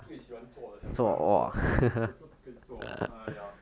我最喜欢做的我本来要做要做都不可以做 !aiya!